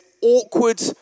awkward